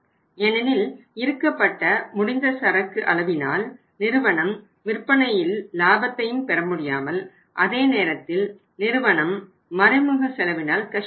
ஏனெனில் இறுக்கப்பட்ட முடிந்த சரக்கு அளவினால் நிறுவனம் விற்பனையில் லாபத்தையும் பெறமுடியாமல் அதே நேரத்தில் நிறுவனம் மறைமுக செலவினால் கஷ்டப்படும்